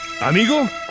¿Amigo